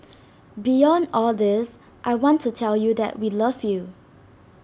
beyond all this I want to tell you that we love you